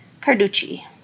Carducci